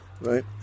Right